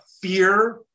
fear